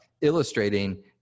illustrating